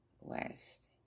West